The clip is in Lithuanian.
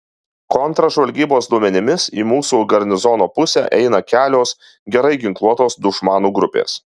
kontržvalgybos duomenimis į mūsų garnizono pusę eina kelios gerai ginkluotos dušmanų grupės